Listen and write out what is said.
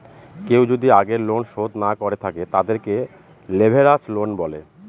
কেউ যদি আগের লোন শোধ না করে থাকে, তাদেরকে লেভেরাজ লোন বলে